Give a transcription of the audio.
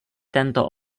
tento